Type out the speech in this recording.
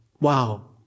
wow